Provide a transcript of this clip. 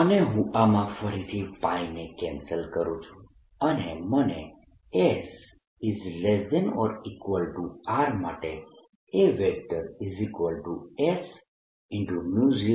અને હું આમાં ફરીથી ને કેન્સલ કરું છું અને મને s≤R માટે As0nI2 મળશે